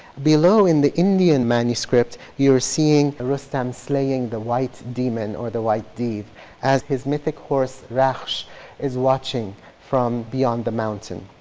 below in the indian manuscript, you're seeing rustam slaying the white demon or the white div as his mythic horse rakhsh is watching from beyond the mountain.